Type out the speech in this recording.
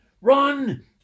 Run